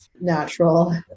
natural